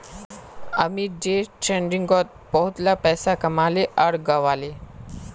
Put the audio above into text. Amit day ट्रेडिंगत बहुतला पैसा कमाले आर गंवाले